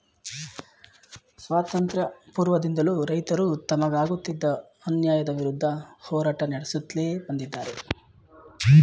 ಸ್ವಾತಂತ್ರ್ಯ ಪೂರ್ವದಿಂದಲೂ ರೈತರು ತಮಗಾಗುತ್ತಿದ್ದ ಅನ್ಯಾಯದ ವಿರುದ್ಧ ಹೋರಾಟ ನಡೆಸುತ್ಲೇ ಬಂದಿದ್ದಾರೆ